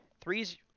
three's